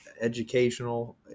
educational